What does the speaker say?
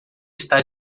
está